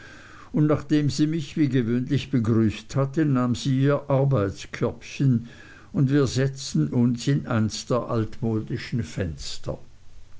und nachdem sie mich wie gewöhnlich begrüßt hatte nahm sie ihr arbeitskörbchen und wir setzten uns in eins der altmodischen fenster